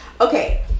Okay